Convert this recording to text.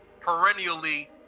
perennially